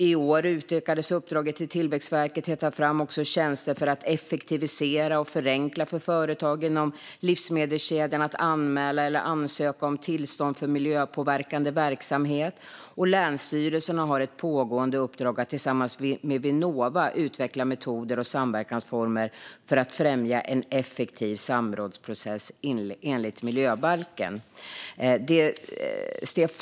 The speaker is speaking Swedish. I år utökades uppdraget till Tillväxtverket till att också ta fram tjänster för att effektivisera och förenkla för företag inom livsmedelskedjan att anmäla eller ansöka om tillstånd för miljöpåverkande verksamhet. Länsstyrelserna har även ett pågående uppdrag att tillsammans med Vinnova utveckla metoder och samverkansformer för att främja en effektiv samrådsprocess enligt miljöbalken.